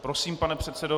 Prosím, pane předsedo.